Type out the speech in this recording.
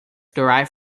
derive